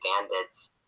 bandits